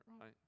right